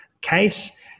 case